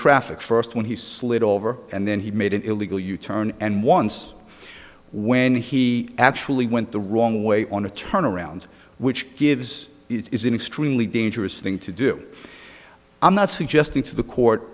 traffic first when he slid over and then he made an illegal u turn and once when he actually went the wrong way on a turn around which gives it is an extremely dangerous thing to do i'm not suggesting to the court